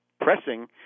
pressing